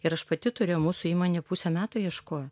ir aš pati turiu mūsų įmonė pusę metų ieškojo